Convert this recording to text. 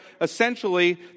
essentially